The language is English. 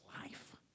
life